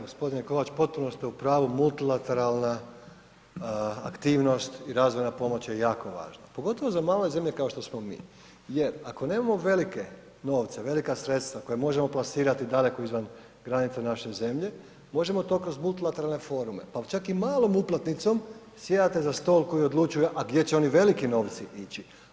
Gospodine Kovač, potpuno ste u pravu, multilateralna aktivnost i razvojna pomoć je jako važna, pogotovo za male zemlje kao što smo mi jer ako nemamo velike novce, velika sredstva koja možemo plasirati daleko izvan granica naše zemlje, možemo to kroz multilateralne forume, pa čak i malom uplatnicom sjedate za stol koji odlučuje gdje će oni veliki novci ići.